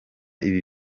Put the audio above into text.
ibi